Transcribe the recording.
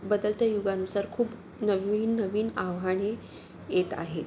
बदलत्या युगानुसार खूप नवीन नवीन आव्हाने येत आहेत